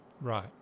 Right